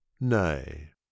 nay